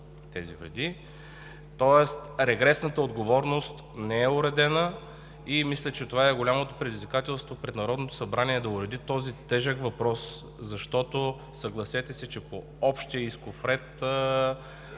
Тоест регресната отговорност не е уредена и мисля, че това е голямото предизвикателство пред Народното събрание да уреди този тежък въпрос. Защото, съгласете се, че по общия исков ред